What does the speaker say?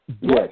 Yes